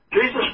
Jesus